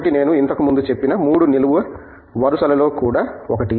ఒకటి నేను ఇంతకు ముందు చెప్పిన 3 నిలువు వరుసలలో కూడా ఒకటి